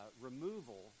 removal